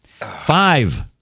Five